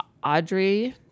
Audrey